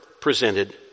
presented